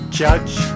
judge